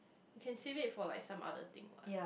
you can save it for like some other thing what